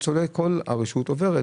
הרשות עוברת.